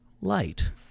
light